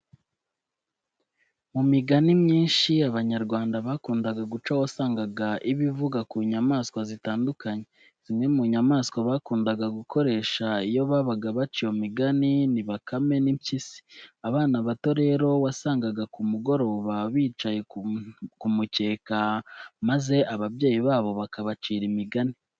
Mu migani myinshi Abanyarwanda bakundaga guca wasangaga iba ivuga ku nyamaswa zitandukanye. Zimwe mu nyamaswa bakundaga gukoresha iyo babaga baca iyo migani ni bakame n'impyisi. Abana bato rero wasangaga ku mugoroba bicaye ku mukeka maze ababyeyi babo bakabacira imigani.